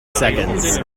seconds